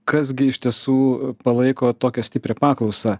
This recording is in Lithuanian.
kas gi iš tiesų palaiko tokią stiprią paklausą